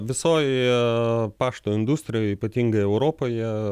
visoj pašto industrijoj ypatingai europoje